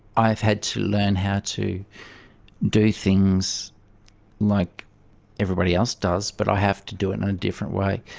i've had to learn how to do things like everybody else does but i have to do it in a different way.